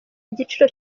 igiciro